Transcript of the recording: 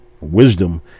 wisdom